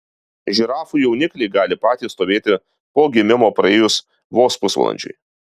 žirafų jaunikliai gali patys stovėti po gimimo praėjus vos pusvalandžiui